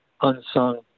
unsung